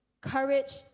courage